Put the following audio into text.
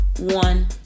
one